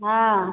हँ